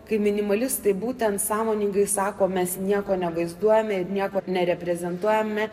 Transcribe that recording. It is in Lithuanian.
kai minimalistai būtent sąmoningai sako mes nieko nevaizduojame niekur nereprezentuojame